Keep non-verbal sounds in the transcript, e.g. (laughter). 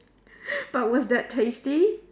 (laughs) but was that tasty